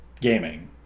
gaming